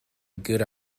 good